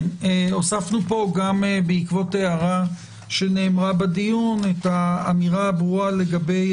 הוספנו פה גם בעקבות הערה שנאמרה בדיון את האמירה הברורה לגבי